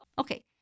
Okay